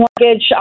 mortgage